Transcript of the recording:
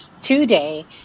today